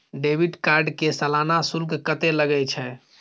Debit card के सालाना शुल्क कत्ते लगे छै?